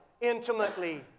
intimately